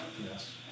Yes